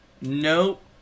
Nope